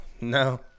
no